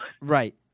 Right